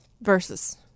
versus